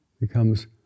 becomes